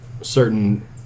certain